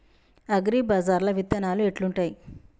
అగ్రిబజార్ల విత్తనాలు ఎట్లుంటయ్?